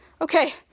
Okay